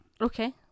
Okay